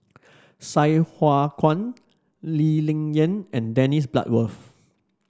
Sai Hua Kuan Lee Ling Yen and Dennis Bloodworth